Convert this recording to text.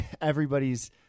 everybody's –